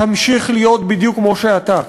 תמשיך להיות בדיוק כמו שאתה: